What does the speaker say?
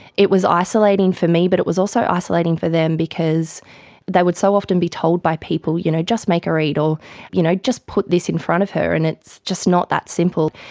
it was isolating for me, but it was also ah isolating for them, because they would so often be told by people, you know, just make her eat or you know just put this in front of her and it's just not that simple.